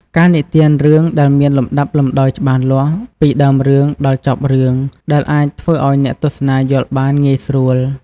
ការនិទានរឿងដែលមានលំដាប់លំដោយច្បាស់លាស់ ពីដើមរឿងដល់ចប់រឿងដែលអាចធ្វើឲ្យអ្នកទស្សនាយល់បានងាយស្រួល។